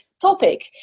topic